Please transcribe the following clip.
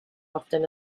often